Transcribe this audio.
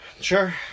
Sure